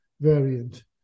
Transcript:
variant